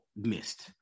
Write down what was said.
missed